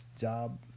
job